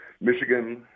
Michigan